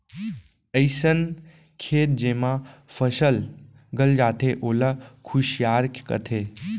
अइसन खेत जेमा फसल गल जाथे ओला खुसियार कथें